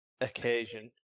occasion